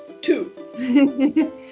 two